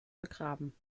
begraben